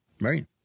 right